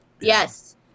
Yes